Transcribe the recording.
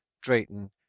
Drayton